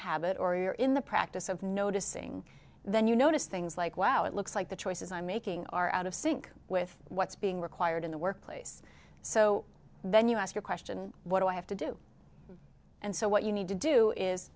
habit or you're in the practice of noticing then you notice things like wow it looks like the choices i making are out of sync with what's being required in the workplace so then you ask a question what do i have to do and so what you need to do is